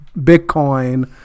Bitcoin